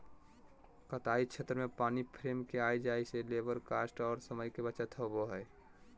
कताई क्षेत्र में पानी फ्रेम के आय जाय से लेबर कॉस्ट आर समय के बचत होबय हय